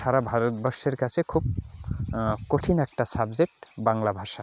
সারা ভারতবর্ষের কাছে খুব কঠিন একটা সাবজেক্ট বাংলা ভাষা